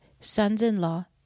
sons-in-law